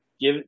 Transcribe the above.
give